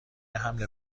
حمل